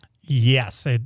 Yes